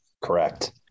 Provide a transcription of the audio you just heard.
Correct